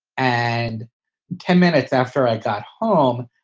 and ten minutes after i got home,